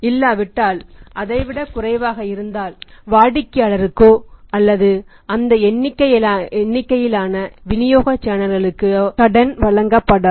இல்லாவிட்டால் அதைவிட குறைவாக இருந்தால் வாடிக்கையாளருக்கோ அல்லது அந்த எண்ணிக்கையிலான விநியோக சேனல்களுக்கு கடன் வழங்கப்படாது